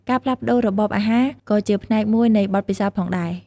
ការផ្លាស់ប្ដូររបបអាហារក៏ជាផ្នែកមួយនៃបទពិសោធន៍ផងដែរ។